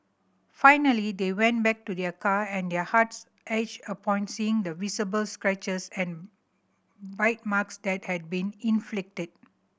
finally they went back to their car and their hearts ached upon seeing the visible scratches and bite marks that had been inflicted